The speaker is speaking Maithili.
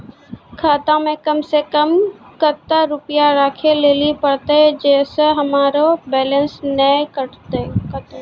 खाता मे कम सें कम कत्ते रुपैया राखै लेली परतै, छै सें हमरो बैलेंस नैन कतो?